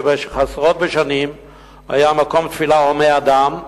שעשרות בשנים היה מקום תפילה הומה אדם,